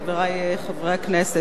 חברי חברי הכנסת,